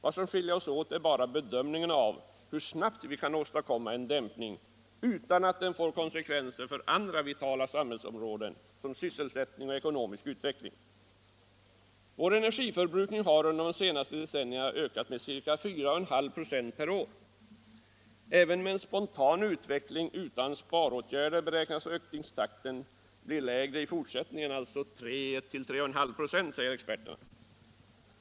Vad som skiljer oss åt är bara bedömningen av hur snabbt vi kan åstadkomma en dämpning utan att den får konsekvenser för andra vitala samhällsområden, t.ex. sysselsättning och ekonomisk utveckling. Vår energiförbrukning har under de senaste decennierna ökat med ca 4,5 96 per år. Även med en spontan utveckling utan sparåtgärder beräknas ökningstakten bli lägre i fortsättningen, 3-3,5 96 enligt experterna.